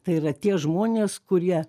tai yra tie žmonės kurie